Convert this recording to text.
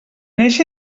eixe